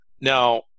Now